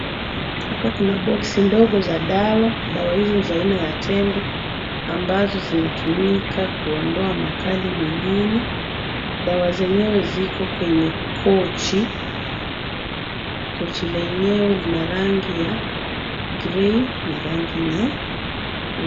Hapa kuna boksi ndogo za dawa. Dawa hizi ni za aina ya tembe ambazo zinatumika kuondoa makali mwilini. Dawa zenyewe ziko kwenye kochi. Kochi lenyewe lina rangi ya grey na rangi nyeupe.